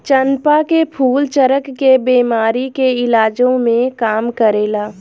चंपा के फूल चरक के बेमारी के इलाजो में काम करेला